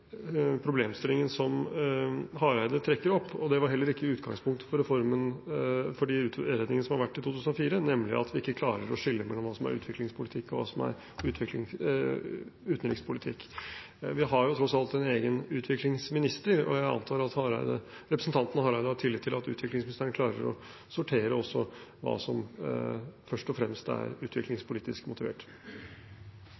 var heller ikke utgangspunktet for utredningene som var i 2004, nemlig at vi ikke klarer å skille mellom hva som er utviklingspolitikk, og hva som er utenrikspolitikk. Vi har tross alt en egen utviklingsminister, og jeg antar at representanten Hareide har tillit til at utviklingsministeren klarer å sortere hva som først og fremst er